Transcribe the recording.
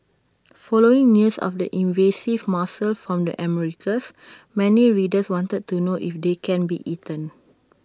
following news of the invasive mussel from the Americas many readers wanted to know if they can be eaten